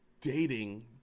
dating